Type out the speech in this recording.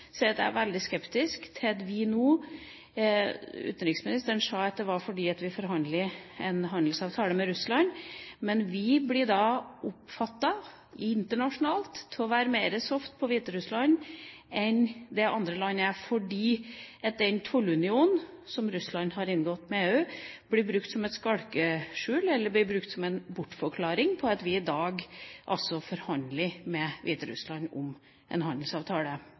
at jeg er veldig skeptisk til det vi nå gjør. Utenriksministeren sa at det er fordi vi forhandler om en handelsavtale med Russland, men vi blir internasjonalt oppfattet som å være mer soft mot Hviterussland enn det andre land er, fordi den tollunionen som Russland har inngått med EU, blir brukt som et skalkeskjul eller en bortforklaring på at vi i dag forhandler med Hviterussland om en handelsavtale.